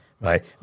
right